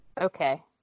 Okay